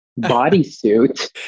bodysuit